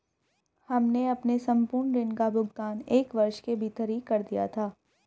हमने अपने संपूर्ण ऋण का भुगतान एक वर्ष के भीतर ही कर दिया था